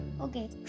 Okay